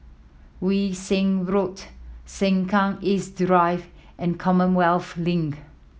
Yew Siang Road Sengkang East Drive and Commonwealth Link